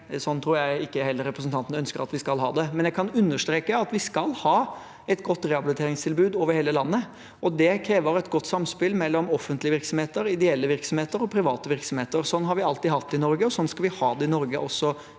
Slik tror jeg heller ikke representanten ønsker at vi skal ha det. Men jeg kan understreke at vi skal ha et godt rehabiliteringstilbud over hele landet, og det krever et godt samspill mellom offentlige virksomheter, ideelle virksomheter og private virksomheter. Slik har vi alltid hatt det i Norge, og slik skal vi ha det i Norge også